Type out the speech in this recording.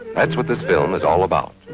that's what this film is all about,